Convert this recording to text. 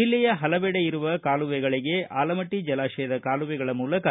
ಜಿಲ್ಲೆಯ ಹಲವೆಡೆ ಇರುವ ಕಾಲುವೆಗಳಿಗೆ ಆಲಮಟ್ಟ ಜಲಾಶಯದ ಕಾಲುವೆಗಳ ಮೂಲಕ